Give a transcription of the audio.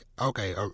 okay